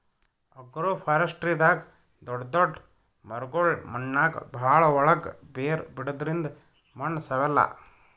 ಅಗ್ರೋಫಾರೆಸ್ಟ್ರಿದಾಗ್ ದೊಡ್ಡ್ ದೊಡ್ಡ್ ಮರಗೊಳ್ ಮಣ್ಣಾಗ್ ಭಾಳ್ ಒಳ್ಗ್ ಬೇರ್ ಬಿಡದ್ರಿಂದ್ ಮಣ್ಣ್ ಸವೆಲ್ಲಾ